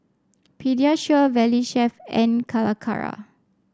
Pediasure Valley Chef and Calacara